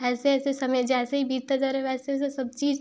ऐसे ऐसे समय जैसे ही बीतता जा रहा है वैसे वैसे सब चीज़